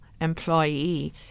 employee